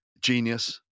genius